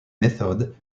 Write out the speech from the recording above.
method